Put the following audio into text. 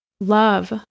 Love